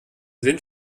sind